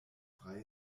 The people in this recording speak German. freie